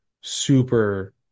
super